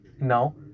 Now